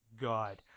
god